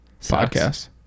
Podcast